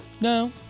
No